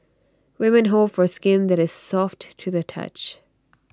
women hope for skin that is soft to the touch